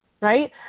right